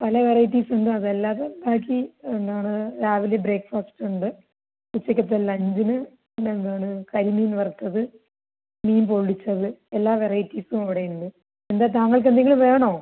പല വെറൈറ്റീസ് ഉണ്ട് അത് അല്ലാതെ ബാക്കി എന്താണ് രാവിലെ ബ്രേക്ക്ഫാസ്റ്റ് ഉണ്ട് ഉച്ചയ്ക്കത്തെ ലഞ്ചിന് പിന്നെ എന്താണ് കരിമീൻ വറുത്തത് മീൻ പൊള്ളിച്ചത് എല്ലാ വെറൈറ്റീസും ഇവിടെ ഉണ്ട് എന്താ താങ്കൾക്ക് എന്തെങ്കിലും വേണോ